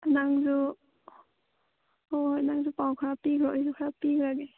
ꯅꯪꯁꯨ ꯍꯣꯏ ꯍꯣꯏ ꯅꯪꯁꯨ ꯄꯥꯎ ꯈꯔ ꯄꯤꯈ꯭ꯔꯣ ꯑꯩꯁꯨ ꯈꯔ ꯄꯤꯈ꯭ꯔꯒꯦ